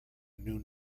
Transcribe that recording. new